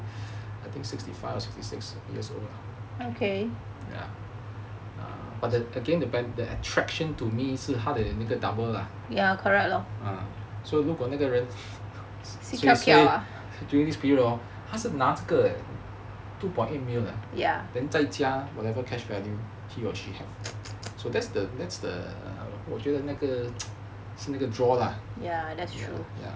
I think sixty five or sixty six years old lah ya err but then again the bene~ the attraction to me 是他的那个 double lah ya so 如果那个人 suay suay during this period hor 他是那这个 two point eight million ya then 在加 whatever cash value he or she has so that's the that's the 我觉得那个是那个 draw lah